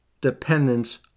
dependence